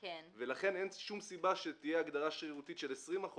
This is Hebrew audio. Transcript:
ולכן אין שום סיבה שתהיה הגדרה שרירותית של 20%,